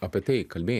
apie tai kalbėt